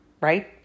right